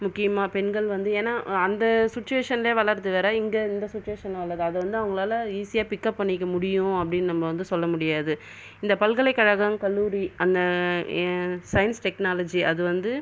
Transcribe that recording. முக்கியமாக பெண்கள் வந்து ஏன்னால் அந்த சுட்சிவேசன்லே வளர்வது வேற இங்கே இந்த சுட்சிவேசன் வளரது அது வந்து அவங்களால் ஈசியா பிக் அப் பண்ணிக்க முடியும் அப்படின்னு நம்ம வந்து சொல்ல முடியாது இந்த பல்கலைக்கழகம் கல்லூரி அந்த சயின்ஸ் டெக்னாலஜி அது வந்து